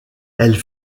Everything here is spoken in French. elles